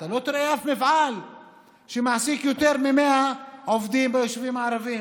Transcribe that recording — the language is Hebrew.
אתה לא תראה שום מפעל שמעסיק יותר מ-100 עובדים ביישובים הערביים.